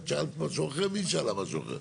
את שאלת משהו אחר והיא שאלה משהו אחר.